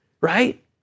right